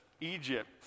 Egypt